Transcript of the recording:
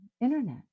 internet